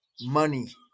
money